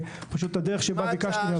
פשוט בדרך שבה ביקשתי מהוועדה.